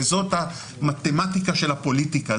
וזאת המתמטיקה של הפוליטיקה.